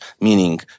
meaning